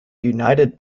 united